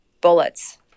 bullets